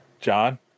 John